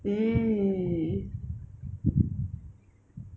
mm